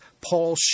Paul